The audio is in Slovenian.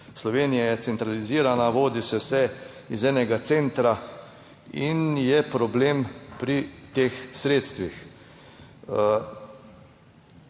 Slovenija je centralizirana, vodi se vse iz enega centra in je problem pri teh sredstvih.